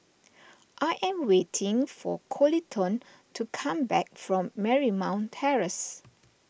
I am waiting for Coleton to come back from Marymount Terrace